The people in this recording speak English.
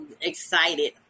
excited